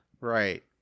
right